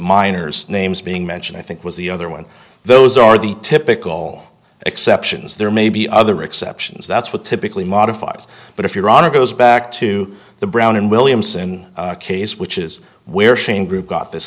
minors names being mentioned i think was the other one those are the typical exceptions there may be other exceptions that's what typically modifies but if your honor goes back to the brown and williamson case which is where shane group got th